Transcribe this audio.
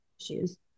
issues